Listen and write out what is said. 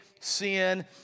sin